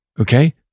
Okay